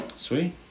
Sweet